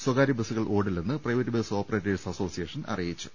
സ്വകാര്യ ബസ്സുകൾ ഓടില്ലെന്ന് പ്രൈവറ്റ് ബസ് ഓപ്പറേറ്റേഴ്സ് അസോസിയേഷൻ അറിയിച്ചു